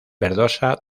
verdosa